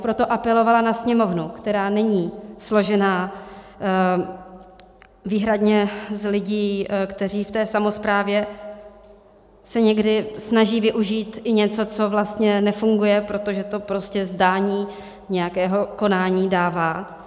Proto bych apelovala na Sněmovnu, která není složená výhradně z lidí, kteří v té samosprávě se někdy snaží využít i něco, co vlastně nefunguje, protože to prostě zdání nějakého konání dává.